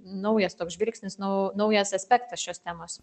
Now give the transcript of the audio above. naujas toks žvilgsnis nu naujas aspektas šios temos